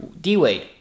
D-Wade